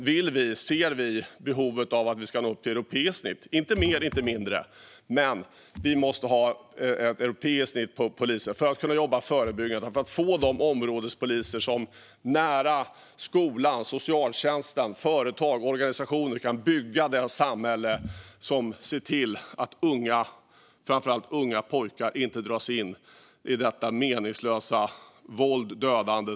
Vi ser behovet av att nå upp till ett europeiskt snitt, inte mer och inte mindre. Vi måste nå ett europeiskt snitt för antalet poliser för att man ska kunna jobba förebyggande och för att områdespoliser i nära samarbete med skola, socialtjänst, företag och organisationer ska kunna bygga det samhället och se till att unga, framför allt unga pojkar, inte dras in i detta meningslösa våld och dödande.